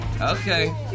Okay